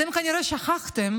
אתם כנראה שכחתם